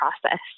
process